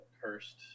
cursed